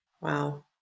Wow